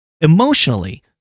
emotionally